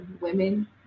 women